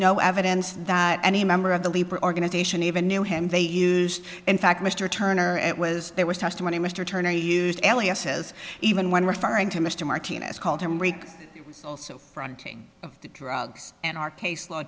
no evidence that any member of the labor organization even knew him they used in fact mr turner it was there was testimony mr turner used eliot says even when referring to mr martinez called him rick also fronting drugs and our case law